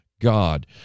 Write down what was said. God